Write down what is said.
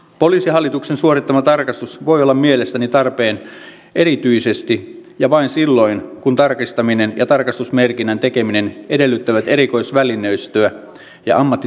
poliisihallituksen suorittama tarkastus voi olla mielestäni tarpeen erityisesti ja vain silloin kun tarkastaminen ja tarkastusmerkinnän tekeminen edellyttävät erikoisvälineistöä ja ammattitaitoa